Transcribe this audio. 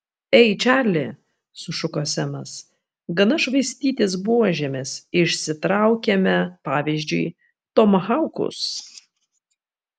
ei čarli sušuko semas gana švaistytis buožėmis išsitraukiame pavyzdžiui tomahaukus